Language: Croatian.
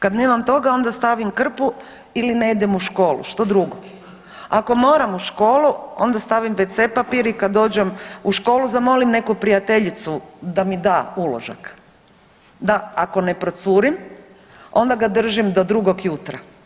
Kad nemam toga onda stavim krpu ili ne idem u školu što drugo, ako moram u školu onda stavim wc papir i kad dođem u školu zamolim neku prijateljicu da mi da uložak, da ako ne procurim onda ga držim do drugog jutra.